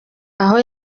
aho